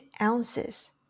ounces